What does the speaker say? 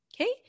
Okay